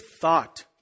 thought